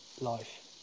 life